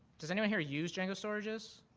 does anyone here use django storages?